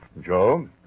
Joe